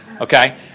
okay